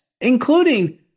including